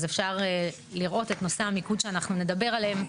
אז אפשר לראות את נושאי המיקוד שאנחנו נדבר עליהם.